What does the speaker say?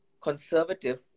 conservative